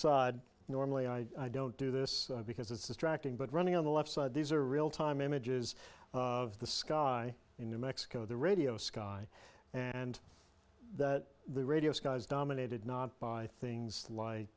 side normally i don't do this because it's distracting but running on the left side these are real time images of the sky in new mexico the radio sky and the radio skies dominated not by things like